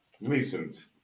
Recent